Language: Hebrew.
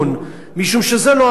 משום שזה לא המצב.